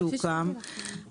שהוקם,